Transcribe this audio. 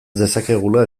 dezakegula